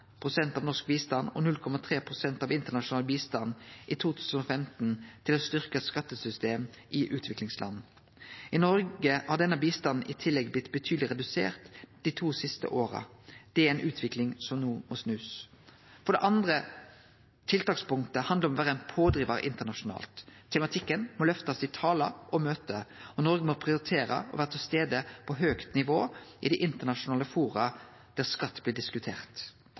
av norsk bistand og 0,3 pst. av internasjonal bistand i 2015 til å styrkje skattesystem i utviklingsland. I Noreg har denne bistanden i tillegg blitt betydeleg redusert dei to siste åra. Det er ei utvikling som ein no må snu. Det andre tiltakspunktet handlar om å vere ein pådrivar internasjonalt. Tematikken må løftast i talar og møte, og Noreg må prioritere å vere til stades på høgt nivå i dei internasjonale foruma der skatt blir diskutert.